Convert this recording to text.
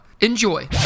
Enjoy